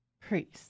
Priest